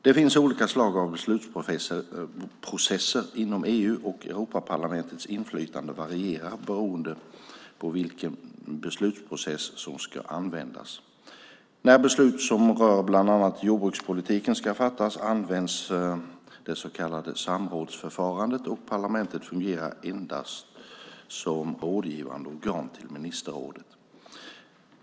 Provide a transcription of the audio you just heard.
Det finns olika slag av beslutsprocesser inom EU, och Europaparlamentets inflytande varierar beroende på vilken beslutsprocess som ska användas. När beslut som rör bland annat jordbrukspolitiken ska fattas används det så kallade samrådsförfarandet, och parlamentet fungerar endast som rådgivande organ till ministerrådet.